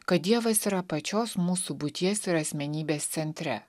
kad dievas yra pačios mūsų būties ir asmenybės centre